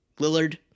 Lillard